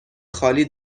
خالی